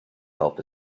help